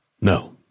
no